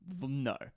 No